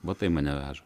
va tai mane veža